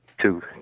two